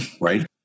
right